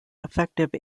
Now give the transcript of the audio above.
effective